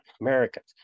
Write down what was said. Americans